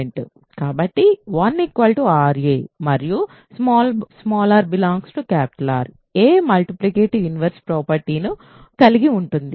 కాబట్టి 1 ra మరియు r R a multiplicative inverse property ను కలిగి ఉంటుంది